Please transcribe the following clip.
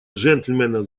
джентльмена